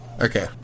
okay